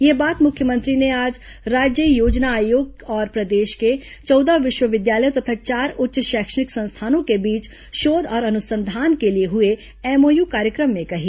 यह बात मुख्यमंत्री ने आज राज्य योजना आयोग और प्रदेश के चौदह विश्वविद्यालयों तथा चार उच्च शैक्षिक संस्थानों के बीच शोध और अनुसंधान के लिए हुए एमओयू कार्यक्रम में कही